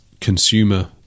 consumer